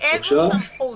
באיזו סמכות?